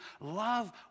Love